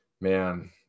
man